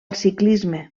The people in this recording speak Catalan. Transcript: ciclisme